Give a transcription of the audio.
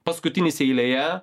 paskutinis eilėje